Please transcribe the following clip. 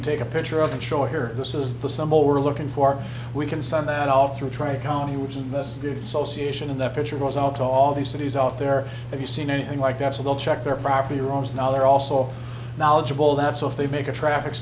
somebody take a picture of that show here this is the symbol we're looking for we can send that all through try county which is most good association in the future goes out to all the cities out there have you seen anything like that so they'll check their property roams now they're also knowledgeable that so if they make a traffic